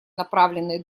направленные